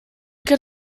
can